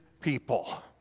people